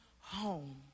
home